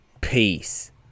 peace